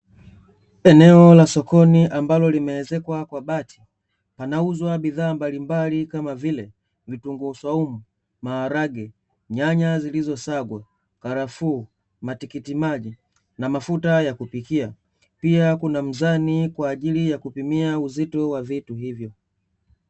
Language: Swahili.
Eneo la sokoni ambalo limeezekwa kwa bati panauzwa bidhaa mbalimbali kama vile vitunguu swaumu, maharage, nyanya zilizosagwa, karafuu, matikitimaji na mafuta ya kupikia. Pia kuna mzani kwaajili ya kupimia uzito wa vitu hivyo.